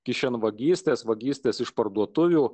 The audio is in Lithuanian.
kišenvagystės vagystės iš parduotuvių